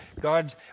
God